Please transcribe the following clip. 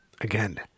Again